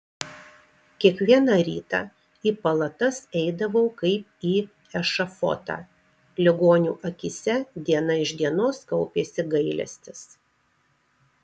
kiekvieną rytą į palatas eidavau kaip į ešafotą ligonių akyse diena iš dienos kaupėsi gailestis